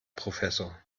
professor